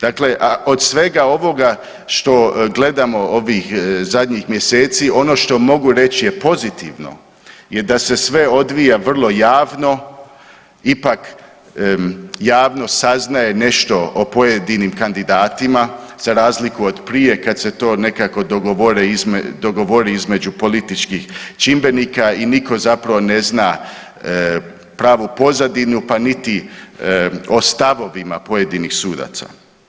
Dakle, od svega ovoga što gledamo ovih zadnjih mjeseci ono što mogu reći je pozitivno je da se sve odvija vrlo javno, ipak javnost saznaje nešto o pojedinim kandidatima za razliku od prije kad se to nekako dogovori između političkih čimbenika i nitko zapravo ne zna pravu pozadinu, pa niti o stavovima pojedinih sudaca.